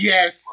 Yes